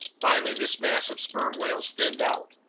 finally this mass of sperm whales thinned out.